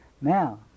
Now